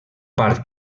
part